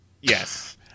Yes